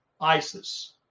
ISIS